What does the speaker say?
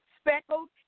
speckled